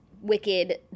Wicked